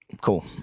Cool